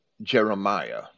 Jeremiah